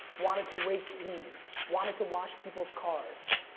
wanted to rake leaves, wanted to wash people's cars.